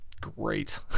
great